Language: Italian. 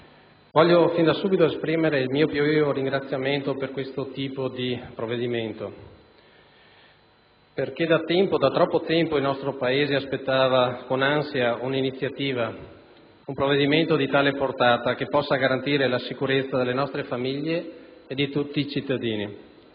voglio fin da subito esprimere il mio più vivo ringraziamento per questo provvedimento perché da tempo, da troppo tempo, il nostro Paese aspettava con ansia un'iniziativa, un provvedimento di tale portata che possa garantire la sicurezza delle nostre famiglie e di tutti i cittadini.